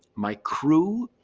my crew,